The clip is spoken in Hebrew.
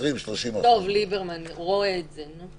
20%, 30%. טוב, ליברמן רואה את זה, נו.